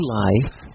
life